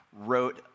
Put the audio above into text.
wrote